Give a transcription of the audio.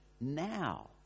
now